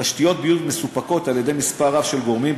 תשתיות ביוב מסופקות על-ידי מספר רב של גורמים,